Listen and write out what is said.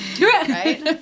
right